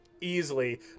easily